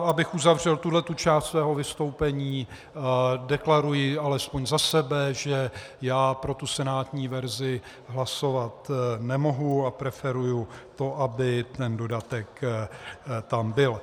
Abych uzavřel tuhle tu část svého vystoupení, deklaruji alespoň za sebe, že já pro senátní verzi hlasovat nemohu a preferuji to, aby ten dodatek tam byl.